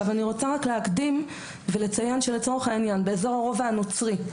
אני רוצה להקדים ולציין שלצורך העניין באזור הרובע הנוצרי,